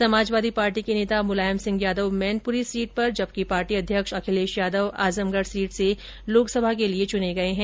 Samajwadi party के नेता Mulayam Singh Yadav Mainpuri seat पर जबकि पार्टी अध्यक्ष अखिलेश यादव आजमगढ सीट से लोकसभा के लिए चुने गये हैं